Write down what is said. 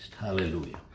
Hallelujah